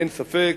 אין ספק